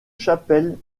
chapelle